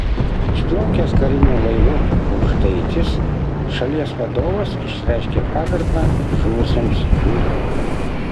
išplaukęs kariniu laivu aukštaitis šalies vadovas išreiškė pagarbą žuvusiems jūroje